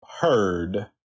heard